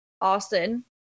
Austin